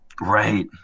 Right